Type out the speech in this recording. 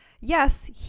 yes